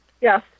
Yes